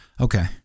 Okay